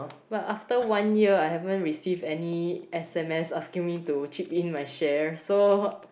but after one year I haven't receive any S_M_S asking me to chip in my share so